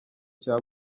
cya